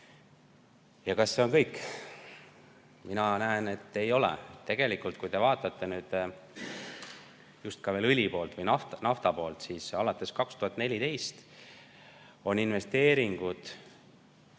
Ja kas see on kõik? Mina näen, et ei ole. Tegelikult, kui te vaatate nüüd ka õli poolt ehk nafta poolt, siis alates 2014 on investeeringud